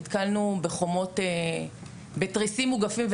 נתקלנו בתריסים מוגפים,